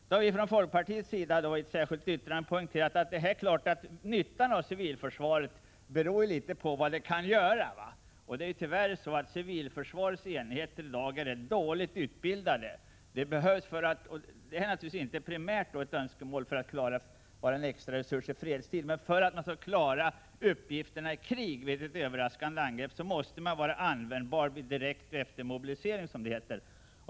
Vi har från folkpartiet i ett särskilt yttrande poängterat att nyttan med civilförsvaret beror på vad det kan göra. Civilförsvarets enheter är i dag tyvärr dåligt utbildade. Det är naturligtvis inte primärt ett önskemål för att de skall vara en extra resurs i fredstid att de skall vara välutbildade, men för att de skall klara uppgifterna i krig, vid ett överraskande angrepp, måste de vara användbara direkt efter mobilisering.